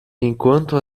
enquanto